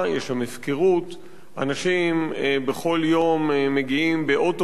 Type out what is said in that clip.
אנשים בכל יום מגיעים באוטובוס ממתקן "סהרונים",